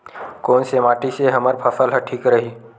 कोन से माटी से हमर फसल ह ठीक रही?